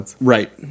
right